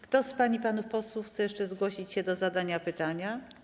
Kto z pań i panów posłów chce jeszcze zgłosić się do zadania pytania?